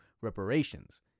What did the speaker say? reparations